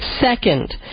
Second